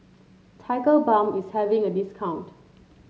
Tigerbalm is having a discount